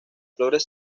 flores